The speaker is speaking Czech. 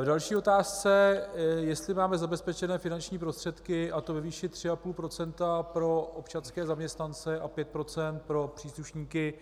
K další otázce, jestli máme zabezpečené finanční prostředky, a to ve výši 3,5 % pro občanské zaměstnance a 5 % pro příslušníky